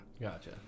Gotcha